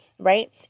Right